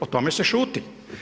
O tome se šuti.